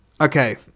Okay